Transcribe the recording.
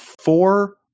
four